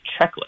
checklist